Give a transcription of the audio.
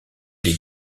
les